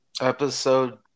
Episode